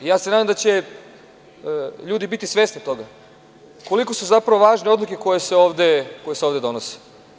Nadam se da će ljudi biti svesni toga koliko su zapravo važne odluke koje se ovde donose.